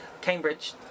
cambridge